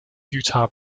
utah